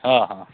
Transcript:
ହଁ ହଁ